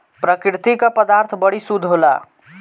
प्रकृति क पदार्थ बड़ी शुद्ध होला